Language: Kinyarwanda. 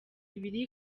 ibiri